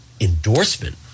endorsement